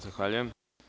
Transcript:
Zahvaljujem.